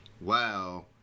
wow